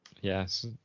yes